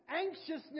anxiousness